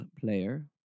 player